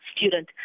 student